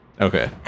Okay